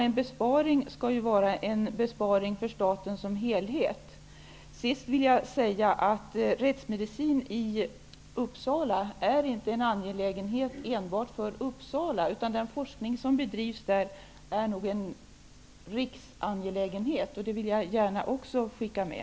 En besparing skall vara en besparing för staten som helhet. Sist vill jag säga att rättsmedicin i Uppsala inte är en angelägenhet enbart för Uppsala, utan den forskning som där bedrivs är nog en riksangelägenhet. Det vill jag gärna också skicka med.